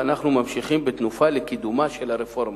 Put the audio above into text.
ואנחנו ממשיכים בתנופה לקידומה של הרפורמה.